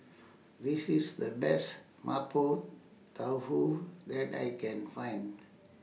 This IS The Best Mapo Tofu that I Can Find